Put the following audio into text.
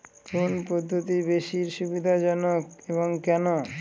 কোন পদ্ধতি বেশি সুবিধাজনক এবং কেন?